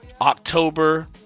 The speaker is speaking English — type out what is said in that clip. October